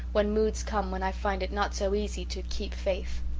when moods come when i find it not so easy to keep faith